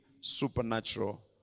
supernatural